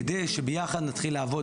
כדי שביחד נתחיל לעבוד,